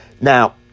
Now